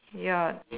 ya